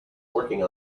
working